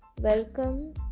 welcome